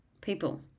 people